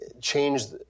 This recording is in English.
changed